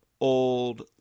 old